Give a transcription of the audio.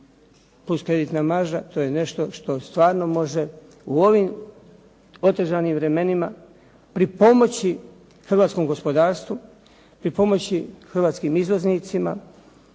plus kreditna marža to je nešto što stvarno može u ovim otežanim vremenima pripomoći hrvatskom gospodarstvu, pripomoći hrvatskim izvoznicima